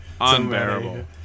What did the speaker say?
Unbearable